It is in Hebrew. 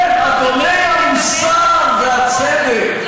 הם אדוני המוסר והצדק.